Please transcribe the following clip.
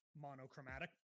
monochromatic